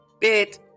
bit